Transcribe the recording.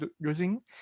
using